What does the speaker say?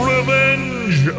Revenge